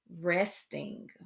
resting